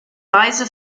reise